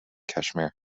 kashmir